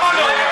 לא.